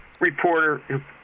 reporter